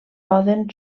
poden